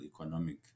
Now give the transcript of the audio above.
economic